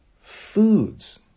foods